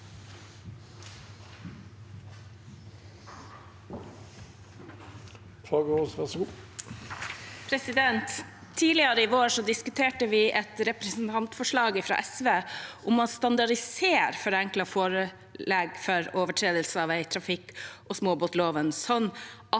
Tidligere i vår disku- terte vi et representantforslag fra SV om å standardisere forenklet forelegg for overtredelse av vegtrafikkloven og småbåtloven,